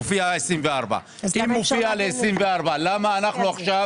מופיע 2024. אם מופיע ל-2024, למה אנחנו עכשיו